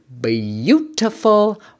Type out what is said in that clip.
beautiful